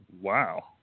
wow